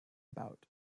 about